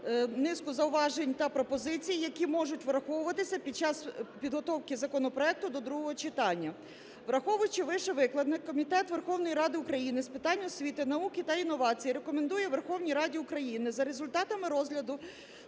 низку зауважень та пропозицій, які можуть враховуватися під час підготовки законопроекту до другого читання. Враховуючи вищевикладене, Комітет Верховної Ради України з питань освіти, науки та інновацій рекомендує Верховній Раді України за результатами розгляду